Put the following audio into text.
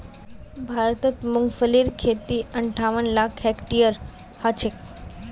भारतत मूंगफलीर खेती अंठावन लाख हेक्टेयरत ह छेक